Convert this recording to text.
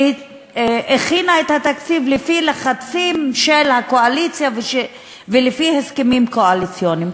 והכינה את התקציב לפי לחצים של הקואליציה ולפי הסכמים קואליציוניים.